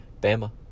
Bama